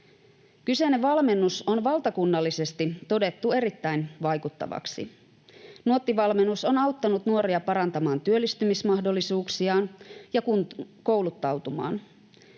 Kyseinen valmennus on valtakunnallisesti todettu erittäin vaikuttavaksi. Nuotti-valmennus on auttanut nuoria parantamaan työllistymismahdollisuuksiaan ja kouluttautumaan.